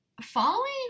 Following